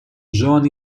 joan